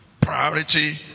priority